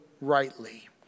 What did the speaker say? rightly